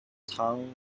town